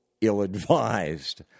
ill-advised